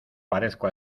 parezco